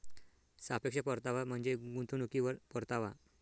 सापेक्ष परतावा म्हणजे गुंतवणुकीवर परतावा